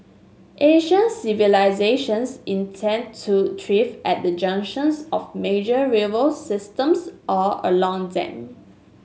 ancient civilisations intended to thrive at the junctions of major river systems or along them